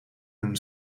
een